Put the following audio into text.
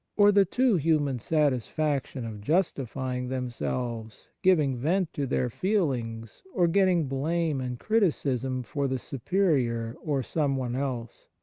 or the too human satisfaction of justifying themselves, giving vent to their feelings, or getting blame and criticism for the superior or some one else.